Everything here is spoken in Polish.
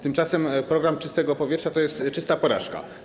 Tymczasem program „Czyste powietrze” to jest czysta porażka.